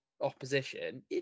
opposition